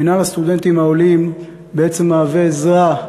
מינהל הסטודנטים העולים בעצם מהווה עזרה,